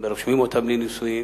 ורושמים אותם לנישואים.